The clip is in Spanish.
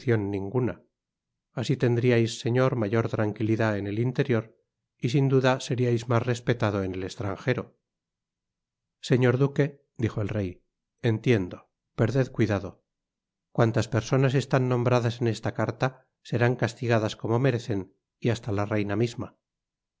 ninguna asi tendriais señor mayor tranquilidad en el interior y sin duda seriais mas respetado en e estrangero señor duque dijo el rey entiendo perded cuidado cuantas personas están nombradas en esta carta serán castigadas como merecen y hasta la reina misma